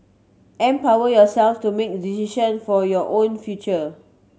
empower yourself to make decisions for your own future